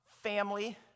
family